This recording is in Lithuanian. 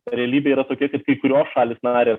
realybė yra tokia kad kai kurios šalys narės